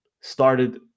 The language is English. started